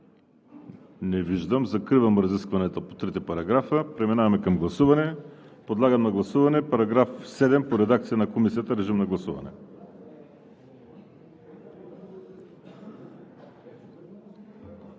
Не виждам. Закривам разискванията по трите параграфа. Преминаваме към гласуване. Подлагам на гласуване § 7 по редакция на Комисията. Гласували